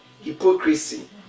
Hypocrisy